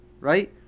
Right